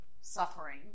suffering